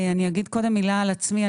אני אומר קודם מילה על עצמי.